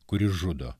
kuri žudo